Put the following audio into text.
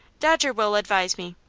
dodger will advise me.